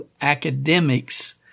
academics